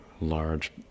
large